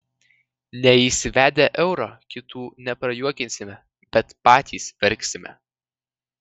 neįsivedę euro kitų neprajuokinsime bet patys verksime